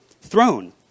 throne